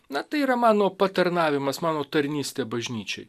na tai yra mano patarnavimas mano tarnystė bažnyčiai